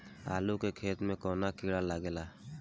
आलू के खेत मे कौन किड़ा लागे ला?